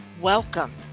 Welcome